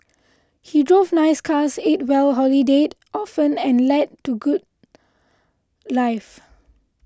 he drove nice cars ate well holidayed often and led to good life